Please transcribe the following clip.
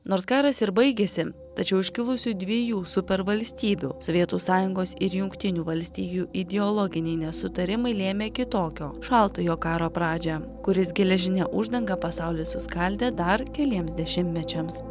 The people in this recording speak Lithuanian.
nors karas ir baigėsi tačiau iškilusių dviejų supervalstybių sovietų sąjungos ir jungtinių valstijų ideologiniai nesutarimai lėmė kitokio šaltojo karo pradžią kuris geležine uždanga pasaulį suskaldė dar keliems dešimtmečiams